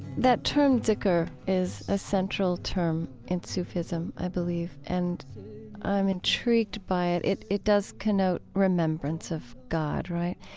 that term zikr is a central term in sufism, i believe, and i'm intrigued by it. it it does connote remembrance of god, right?